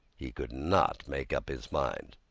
he could not make up his mind.